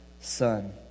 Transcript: son